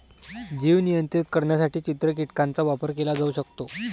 जीव नियंत्रित करण्यासाठी चित्र कीटकांचा वापर केला जाऊ शकतो